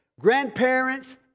grandparents